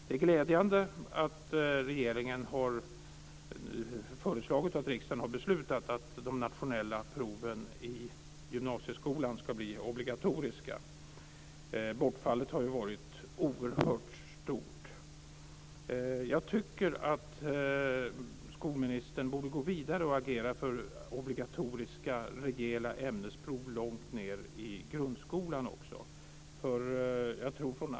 Det är glädjande att regeringen har föreslagit och att riksdagen har beslutat att de nationella proven i gymnasieskolan ska bli obligatoriska. Bortfallet har ju varit oerhört stort. Jag tycker att skolministern borde gå vidare och agera för obligatoriska rejäla ämnesprov långt ned i grundskolan också.